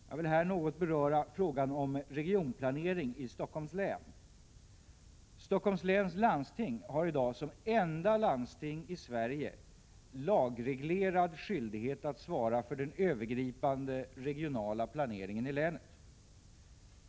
Jag vill här något beröra frågan om regionplanering i Stockholms län. Stockholms läns landsting har i dag, som enda landsting i Sverige, lagreglerad skyldighet att svara för den övergripande regionala planeringen i länet.